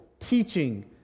Teaching